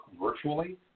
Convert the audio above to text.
virtually